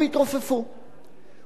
ובשם הנורמליות,